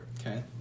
Okay